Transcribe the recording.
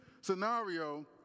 scenario